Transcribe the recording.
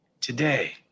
today